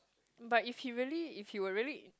but if he really if he were really